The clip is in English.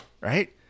right